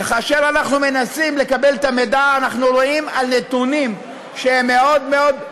וכאשר אנחנו מנסים לקבל את המידע אנחנו רואים נתונים שהם מאוד מאוד,